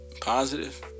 positive